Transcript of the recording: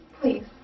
Please